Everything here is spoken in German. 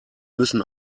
müssen